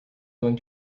going